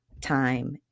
time